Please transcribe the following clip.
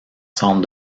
centre